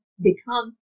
become